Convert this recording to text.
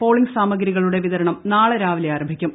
polling സാമഗ്രികളുടെ വിത്ര്ണം നാളെ രാവിലെ ആരംഭിക്കും